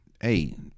hey